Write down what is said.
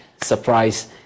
surprise